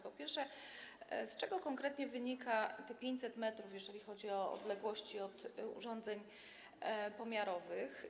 Po pierwsze, z czego konkretnie wynika dystans 500 m, jeżeli chodzi o odległość od urządzeń pomiarowych?